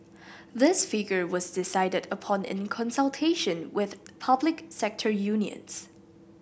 this figure was decided upon in consultation with public sector unions